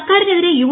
സർക്കാരിനെതിരെ യു